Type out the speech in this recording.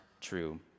true